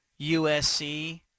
USC